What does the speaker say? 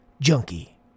junkie